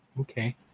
Okay